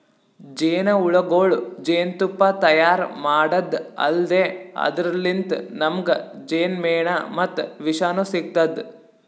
ಜೇನಹುಳಗೊಳ್ ಜೇನ್ತುಪ್ಪಾ ತೈಯಾರ್ ಮಾಡದ್ದ್ ಅಲ್ದೆ ಅದರ್ಲಿನ್ತ್ ನಮ್ಗ್ ಜೇನ್ಮೆಣ ಮತ್ತ್ ವಿಷನೂ ಸಿಗ್ತದ್